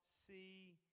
see